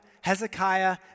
Hezekiah